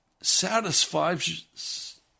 satisfies